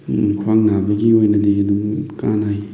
ꯈ꯭ꯋꯥꯡ ꯅꯥꯕꯒꯤ ꯑꯣꯏꯅꯗꯤ ꯑꯗꯨꯝ ꯀꯥꯅꯩ